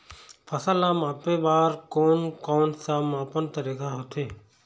फसल ला मापे बार कोन कौन सा मापन तरीका होथे?